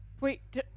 wait